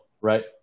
right